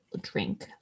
drink